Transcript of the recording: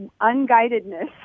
unguidedness